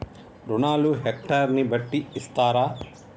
రుణాలు హెక్టర్ ని బట్టి ఇస్తారా?